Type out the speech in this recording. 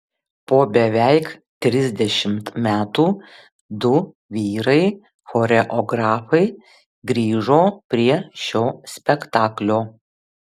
po beveik trisdešimt metų du vyrai choreografai grįžo prie šio spektaklio